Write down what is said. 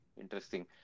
interesting